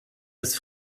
des